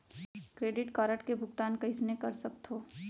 Credit card के भुगतान कईसने कर सकथो?